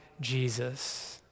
Jesus